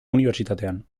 unibertsitatean